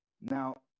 Now